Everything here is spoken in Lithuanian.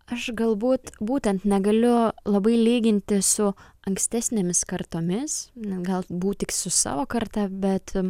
aš galbūt būtent negaliu labai lyginti su ankstesnėmis kartomis na galbūt tik su savo karta bet